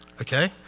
Okay